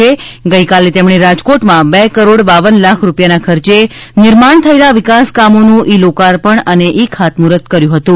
ગઇકાલે તેમણે રાજકોટમાં બે કરોડ બાવન લાખ રૂપિયાના ખર્ચે નિર્માણ થયેલા વિકાસ કામોનું ઇ લોકાર્પણ અને ઇ ખાતમુહુર્ત કર્યું હૃતું